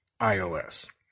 iOS